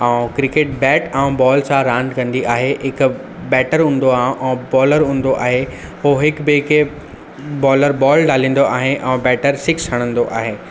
cricket bat ऐं ball सां रांधि कंदी आहे हिकु बैटर हूंदो आहे ऐं बॉलर हूंदो आहे उहो हिकु ॿिए खे बॉलर बॉल डालींदो आहे ऐं बैटर सिक्स हणंदो आहे